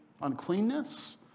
uncleanness